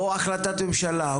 החלטת ממשלה,